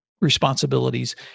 responsibilities